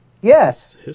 Yes